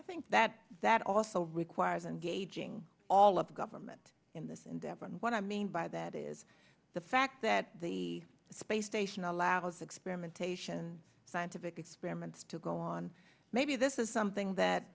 i think that that also requires engaging all of government in this endeavor and what i mean by that is the fact that the space station allows experimentation scientific experiments to go on maybe this is something that